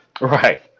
right